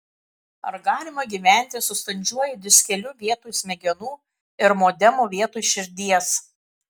ar galima gyventi su standžiuoju diskeliu vietoj smegenų ir modemu vietoj širdies